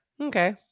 Okay